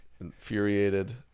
infuriated